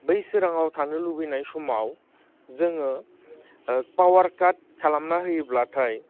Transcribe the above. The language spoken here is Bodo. बै सोराङाव थानो लुगैनाय समाव जोङो पावारकार्ट खालामना होयोब्लाथाय